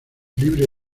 libre